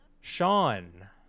sean